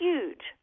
huge